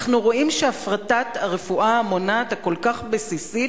אנחנו רואים שהפרטת הרפואה המונעת, הכל-כך בסיסית,